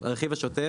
שוטף, הרכיב השוטף